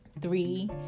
three